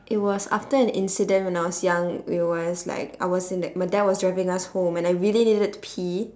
it was after an incident when I was young it was like I was in like my dad was driving us home and I really needed to pee